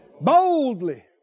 boldly